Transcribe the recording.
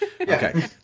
Okay